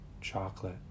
chocolate